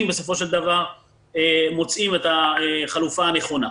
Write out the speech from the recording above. בסופו של דבר מוצאים את החלופה הנכונה.